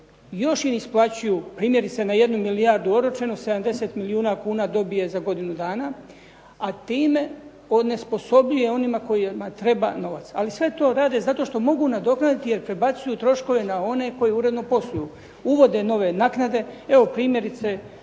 još im isplaćuju, primjerice na 1 milijardu oročenu 70 milijuna kuna dobije za godinu dana. A time onesposobljuje onima kojima treba novac. Ali sve to rade zato što mogu nadoknaditi jer prebacuju troškove na one koji uredno posluju. Uvode nove naknade, evo primjerice